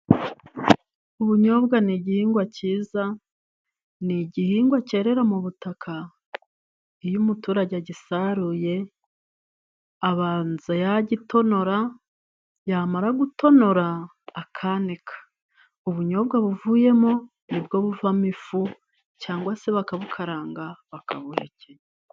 Ubunyobwa ni igihingwa cyiza, ni igihingwa cyerera mu butaka. Iyo umuturage agisaruye abanza yagitonora, yamara gutonora akanika. Ubunyobwa buvuyemo nibwo buvamo ifu cyangwa se bakabukaranga bakabuhekenya.